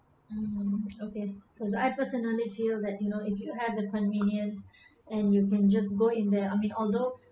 mm okay because I personally feel that you know if you had the convenience and you can just go in there I mean although